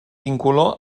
incolor